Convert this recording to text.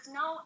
no